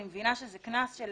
אני מבינה שזה קנס של